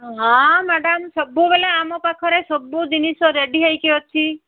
ହଁ ମ୍ୟାଡ଼ାମ୍ ସବୁବେଳେ ଆମ ପାଖରେ ସବୁ ଜିନିଷ ରେଡ଼ି ହେଇକି ଅଛି